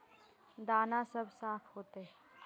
दाना सब साफ होते?